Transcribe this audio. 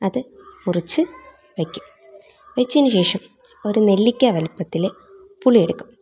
അത് മുറിച്ച് വെക്കും വെച്ചതിന് ശേഷം ഒരു നെല്ലിക്കാ വലുപ്പത്തിൽ പുളി എടുക്കും